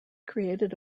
created